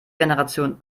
generation